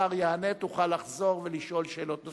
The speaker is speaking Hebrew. השר יענה, ותוכל לחזור ולשאול שאלות נוספות.